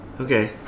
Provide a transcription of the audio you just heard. Okay